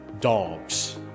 dogs